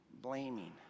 blaming